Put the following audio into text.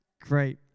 Great